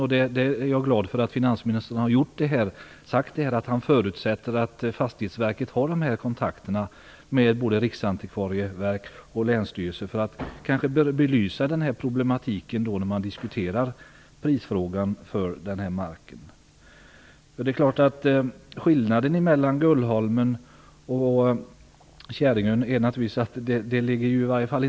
Jag är glad för att finansministern har sagt att han förutsätter att Fastighetsverket har kontakter med Riksantikvarieämbetet och länsstyrelsen för att belysa problemen när man diskuterar frågan om priset på den här marken. Skillnaden mellan Gullholmen och Käringön är att detta inte ligger i tingsrätten.